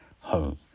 Home